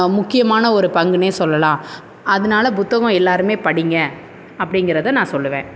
முக்கியமான ஒரு பங்குனே சொல்லலாம் அதனால புத்தகம் எல்லோருமே படிங்க அப்படிங்கிறத நான் சொல்லுவேன்